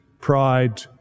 pride